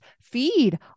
feed